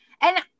And-